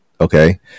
okay